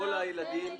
זו המצוקה.